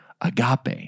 agape